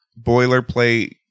boilerplate